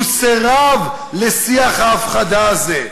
הוא סירב לשיח ההפחדה הזה.